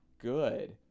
good